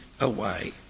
away